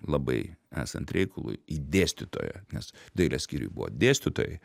labai esant reikalui į dėstytoją nes dailės skyriuj buvo dėstytojai